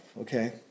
okay